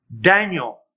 Daniel